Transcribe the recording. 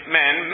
men